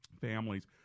families